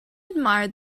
admired